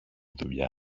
δουλειά